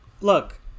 look